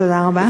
תודה רבה.